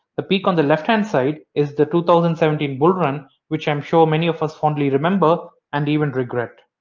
the peak on the left hand side is the two thousand and seventeen bull run which i'm sure many of us fondly remember and even regret.